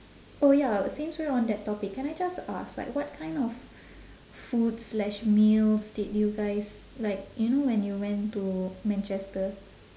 oh ya since we're on that topic can I just ask like what kind of food slash meals did you guys like you know when you went to manchester